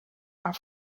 are